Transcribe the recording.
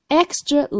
extra